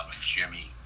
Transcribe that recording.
Jimmy